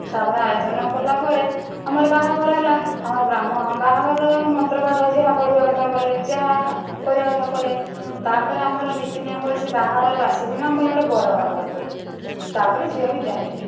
ତା'ପରେ ଆୟୋଜନ କଲାପରେ ଆମର ବାହାଘର ହେଲା ଆମର ବ୍ରାହ୍ମଣ ବାହାଘର ମନ୍ତ୍ରପାଠ ଯାହା ପଢ଼ିବା କଥା କଲେ ଯାହା କରିବା କଥା କଲେ ତା'ପରେ ଆମର ନୀତି ନିୟମ ଅଛି ବାହାଘର ବାସୀ ଦିନ ଆମର ଗୋଟେ ବର ବାହୁଡ଼ା ହୁଏ ତା'ପରେ ଝିଅ ବିଦା ହୋଇଗଲା